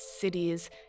cities